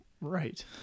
right